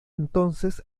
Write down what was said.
entonces